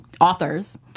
authors